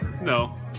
No